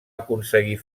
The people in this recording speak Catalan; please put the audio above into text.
aconseguir